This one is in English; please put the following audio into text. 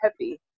heavy